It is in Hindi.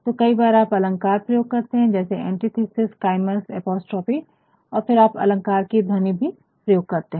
तो कई बार आप अलंकार प्रयोग करते है जैसे एंटीथेसिस काइमस और apostrophe antithesis chiasmus and apostrophe और फिर आप अलंकार की ध्वनि भी प्रयोग करते है